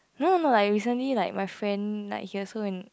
no no like recently like my friend like he also in